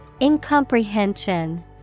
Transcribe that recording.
Incomprehension